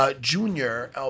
Junior